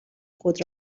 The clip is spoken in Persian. خود